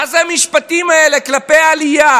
מה זה המשפטים האלה כלפי העלייה,